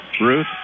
Ruth